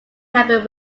happen